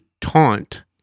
taunt